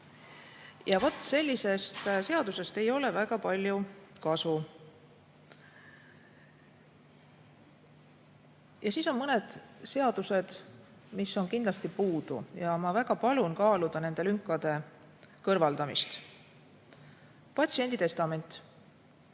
Vaat sellisest seadusest ei ole väga palju kasu. Siis on mõned seadused, mis on kindlasti puudu. Ja ma väga palun kaaluda nende lünkade kõrvaldamist. Patsienditestament.